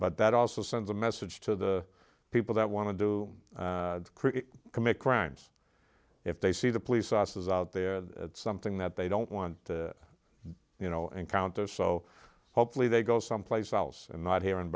but that also sends a message to the people that want to do commit crimes if they see the police officers out there that something that they don't want you know encounters so hopefully they go someplace else and not here in